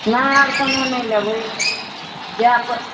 नहि आओर कोनो नहि लेबै